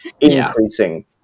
increasing